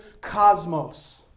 cosmos